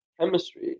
chemistry